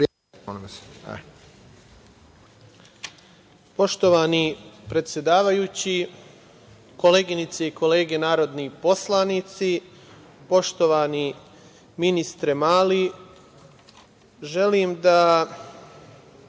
Poštovani predsedavajući, koleginice i kolege narodni poslanici, poštovani ministre Mali, želim da